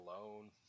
alone